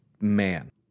man